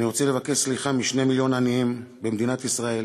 אני רוצה לבקש סליחה מ-2 מיליון עניים במדינת ישראל,